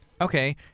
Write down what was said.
Okay